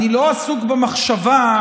אני לא עסוק במחשבה,